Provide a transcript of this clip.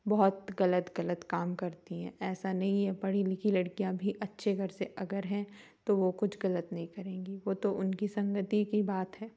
बहुत गलत गलत काम करती हैं ऐसा नहीं है पढ़ी लिखी लड़कियां भी अच्छे घर से अगर हैं तो वो कुछ गलत नहीं करेंगी वो तो उनकी संगति की बात है